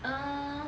uh